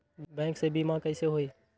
Bank से बिमा कईसे होई?